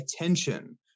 attention